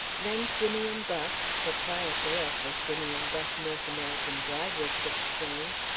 then simeon buck, proprietor of the simeon buck north american dry goods exchange,